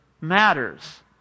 matters